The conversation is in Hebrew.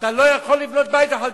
אתה לא יכול לבנות בית אחד בירושלים.